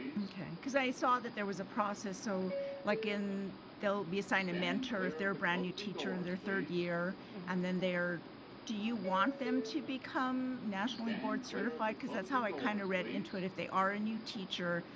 okay cause i saw that there was a process so like in they'll be assigned a mentor if they're a brand new teacher in their third year and then do you want them to become nationally board certified because that's how i kind of read into it? if they are a new teacher,